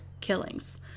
killings